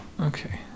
Okay